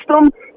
system